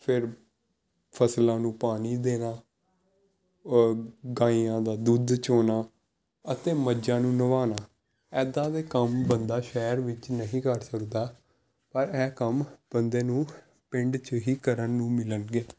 ਫਿਰ ਫਸਲਾਂ ਨੂੰ ਪਾਣੀ ਦੇਣਾ ਗਾਂਈਆਂ ਦਾ ਦੁੱਧ ਚੋਣਾ ਅਤੇ ਮੱਝਾਂ ਨੂੰ ਨਵ੍ਹਾਉਣਾ ਇੱਦਾਂ ਦੇ ਕੰਮ ਬੰਦਾ ਸ਼ਹਿਰ ਵਿੱਚ ਨਹੀਂ ਕਰ ਸਕਦਾ ਪਰ ਇਹ ਕੰਮ ਬੰਦੇ ਨੂੰ ਪਿੰਡ 'ਚ ਹੀ ਕਰਨ ਨੂੰ ਮਿਲਣਗੇ